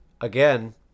again